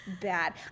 bad